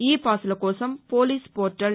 ఈ పాస్ల కోసం పోలీస్ పోర్టల్